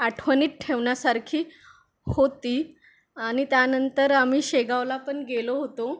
आठवणीत ठेवण्यासारखी होती आणि त्यानंतर आम्ही शेगावला पण गेलो होतो